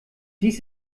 dies